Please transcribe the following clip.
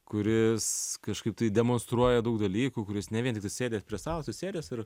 kuris kažkaip tai demonstruoja daug dalykų kuris ne vien tik atsisėdęs prie stalo atsisėdęs ir